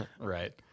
Right